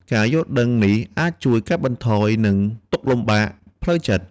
ការយល់ដឹងនេះអាចជួយកាត់បន្ថយនឹងទុក្ខលំបាកផ្លូវចិត្ត។